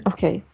Okay